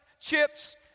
chips